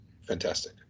fantastic